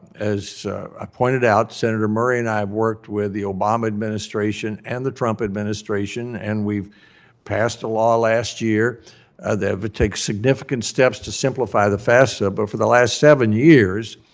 as i pointed out, senator murray and i have worked with the obama administration and the trump administration. and we've passed a law last year that would take significant steps to simplify the fafsa. but for the last seven years,